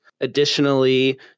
Additionally